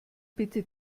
bitte